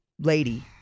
lady